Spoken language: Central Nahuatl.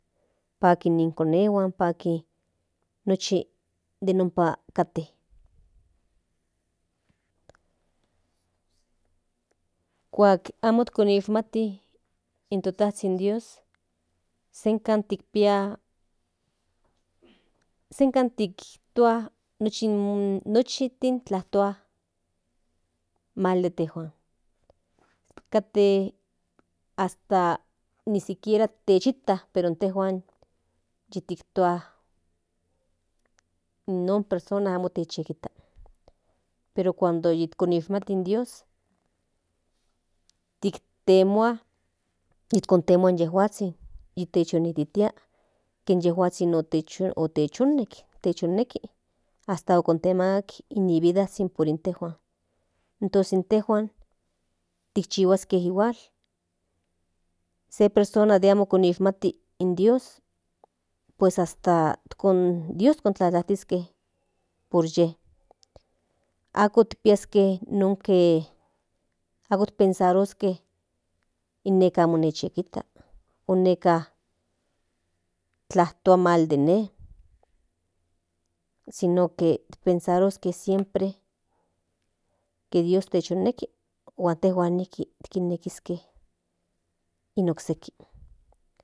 Paki ni konehuan paki noshtin de ompa katen kuak amo kinihmati in to tazhin dios senka kinpia senka tlajtua nochi tlen tiktua mal de intejuan kate hasta nisikiera techijkta pero intejuan non persona amo techikijta pero cuando yikinshmati in dios yikintemua inyejuazhin yitechmititia inyejuazhin otechunek otechonneki hasta kinmaka in to vidazhin san para in tejuan tos intejuan tikchihuaske igual se persona de amo kishmati in dios pues hasta dios kontlajazistle por ye ako pensaroske ineka amo techyiekikta ineka tlajtoua mal de ine si no que pensaroske siempre que dios techoneki huan tejuan nijki kinekiske in okseki.